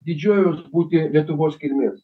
didžiuojuos būti lietuvos kilmės